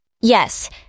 yes